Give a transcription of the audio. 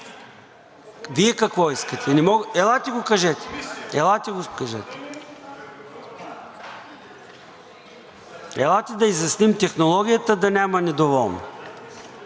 Вие какво искате? Елате го кажете! Елате да изясним технологията и да няма недоволни.